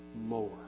more